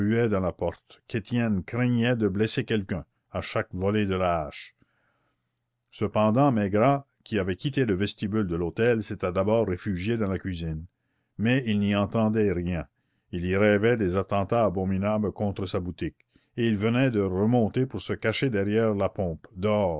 dans la porte qu'étienne craignait de blesser quelqu'un à chaque volée de la hache cependant maigrat qui avait quitté le vestibule de l'hôtel s'était d'abord réfugié dans la cuisine mais il n'y entendait rien il y rêvait des attentats abominables contre sa boutique et il venait de remonter pour se cacher derrière la pompe dehors